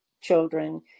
children